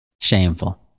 Shameful